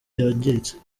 yangiritse